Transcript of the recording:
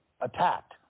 attacked